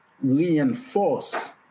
reinforce